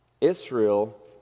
Israel